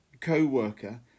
co-worker